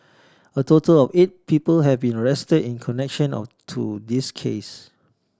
a total of eight people have been arrested in connection or to this case